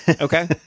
Okay